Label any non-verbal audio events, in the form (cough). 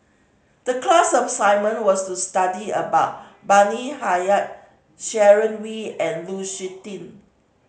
the class of (unintelligible) was to study about Bani Haykal Sharon Wee and Lu Suitin